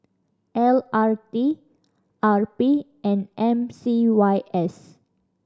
L R T R P and M C Y S